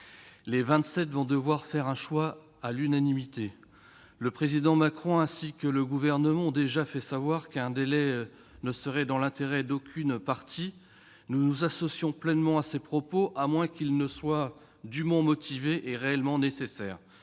vont devoir faire un choix à l'unanimité. Le président Macron ainsi que le Gouvernement ont déjà fait savoir qu'un délai ne serait dans l'intérêt d'aucune partie. Nous nous associons pleinement à ces propos, à moins qu'un tel délai ne soit dûment motivé et réellement nécessaire.